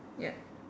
ya